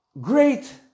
great